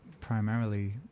primarily